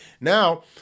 Now